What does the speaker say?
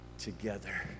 together